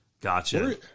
Gotcha